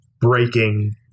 breaking